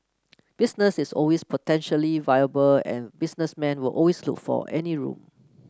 business is always potentially viable and businessmen will always look for any room